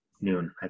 noon